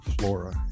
flora